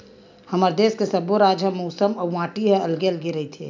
हमर देस के सब्बो राज के मउसम अउ माटी ह अलगे अलगे रहिथे